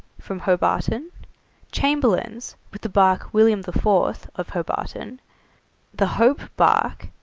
from hobarton chamberlain's, with the barque william the fourth, of hobarton the hope barque,